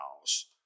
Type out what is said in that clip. house